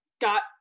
got